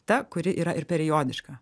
ta kuri yra ir periodiška